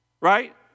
Right